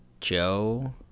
Joe